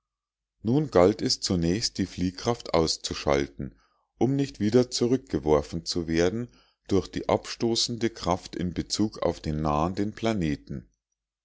nun galt es zunächst die fliehkraft auszuschalten um nicht wieder zurückgeworfen zu werden durch die abstoßende kraft in bezug auf den nahenden planeten